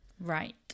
Right